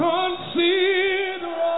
Consider